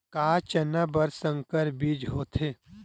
का चना बर संकर बीज होथे?